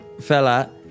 fella